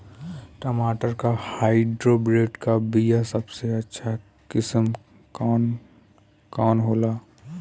टमाटर के हाइब्रिड क बीया सबसे अच्छा किस्म कवन होला?